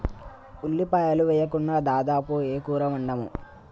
ఉల్లిపాయలు వేయకుండా దాదాపు ఏ కూర వండము